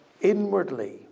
inwardly